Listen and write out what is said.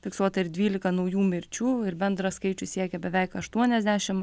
fiksuota ir dvylika naujų mirčių ir bendras skaičius siekia beveik aštuoniasdešim